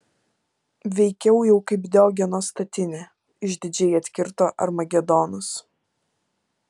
veikiau jau kaip diogeno statinė išdidžiai atkirto armagedonas